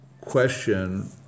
question